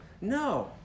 No